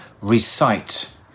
Recite